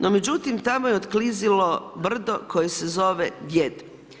No, međutim, tamo je otklizalo brdo koje se zove djed.